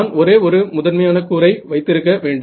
நான் ஒரே ஒரு முதன்மையான கூரை வைத்திருக்க வேண்டும்